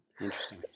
Interesting